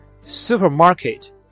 supermarket